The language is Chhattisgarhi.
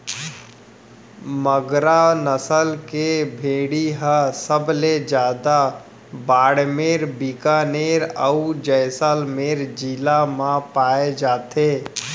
मगरा नसल के भेड़ी ह सबले जादा बाड़मेर, बिकानेर, अउ जैसलमेर जिला म पाए जाथे